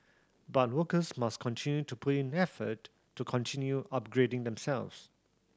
but workers must continue to put in effort to continue upgrading themselves